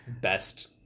best